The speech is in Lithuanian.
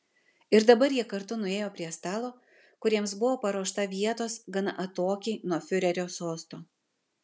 ir dabar jie kartu nuėjo prie stalo kur jiems buvo paruošta vietos gana atokiai nuo fiurerio sosto